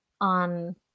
on